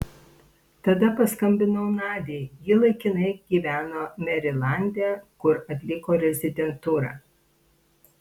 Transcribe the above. tada paskambinau nadiai ji laikinai gyveno merilande kur atliko rezidentūrą